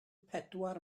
pedwar